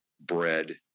bread